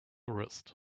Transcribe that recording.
wrist